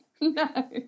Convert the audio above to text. No